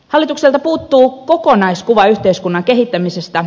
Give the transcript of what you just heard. hallitukselta puuttuu kokonaiskuva yhteiskunnan kehittämisestä